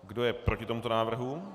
Kdo je proti tomuto návrhu?